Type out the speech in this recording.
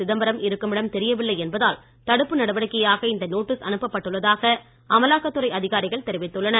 சிதம்பரம் இருக்குமிடம் தெரியவில்லை என்பதால் தடுப்பு நடவடிக்கையாக இந்த நோட்டிஸ் அனுப்ப பட்டுள்ளதாக அமலாக்கத்துறை அதிகாரிகள் தெரிவித்துள்ளனர்